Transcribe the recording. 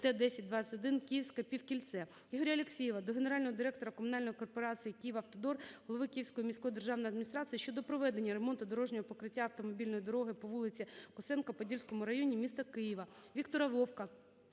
Т-10-21 Київське Півкільце. Ігоря Алексєєва до генерального директора комунальної корпорації "Київавтодор", голови Київської міської державної адміністрації щодо проведення ремонту дорожнього покриття автомобільної дороги по вулиці Косенка у Подільському районі міста Києва. Віктора Вовка